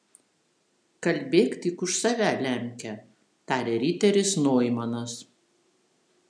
kalbėk tik už save lemke tarė riteris noimanas